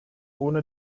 ohne